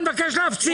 אני מבקש להפסיק.